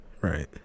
right